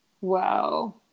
Wow